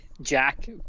Jack